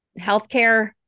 Healthcare